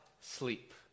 sleep